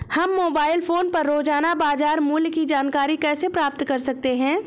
हम mobile phone पर रोजाना बाजार मूल्य की जानकारी कैसे प्राप्त कर सकते हैं?